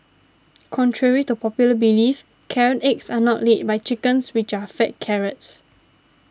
contrary to popular belief carrot eggs are not laid by chickens which are fed carrots